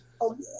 Okay